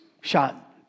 shot